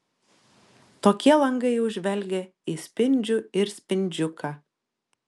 tokie langai jau žvelgia į spindžių ir spindžiuką